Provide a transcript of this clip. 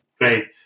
Great